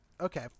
okay